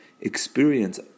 experience